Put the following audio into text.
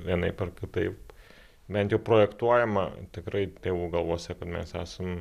vienaip ar kitaip bent jau projektuojama tikrai tėvų galvose mes esam